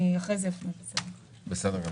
בסדר גמור.